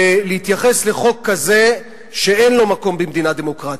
ולהתייחס לחוק כזה, שאין לו מקום במדינה דמוקרטית.